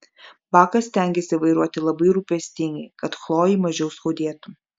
bakas stengėsi vairuoti labai rūpestingai kad chlojei mažiau skaudėtų